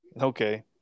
okay